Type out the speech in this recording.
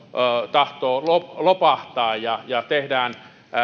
tahtoo lopahtaa ja ja tehdään